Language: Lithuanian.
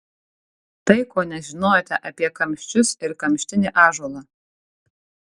tai ko nežinojote apie kamščius ir kamštinį ąžuolą